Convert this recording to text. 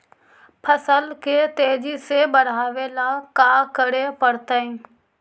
फसल के तेजी से बढ़ावेला का करे पड़तई?